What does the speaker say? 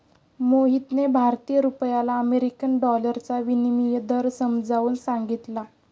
मोहितने भारतीय रुपयाला अमेरिकन डॉलरचा विनिमय दर समजावून सांगितला